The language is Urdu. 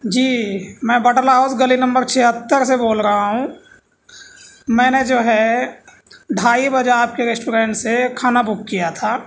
جی میں بٹلہ ہاؤس گلی نمبر چھہتر سے بول رہا ہوں میں نے جو ہے ڈھائی بجے آپ کے ریسٹورینٹ سے کھانا بک کیا تھا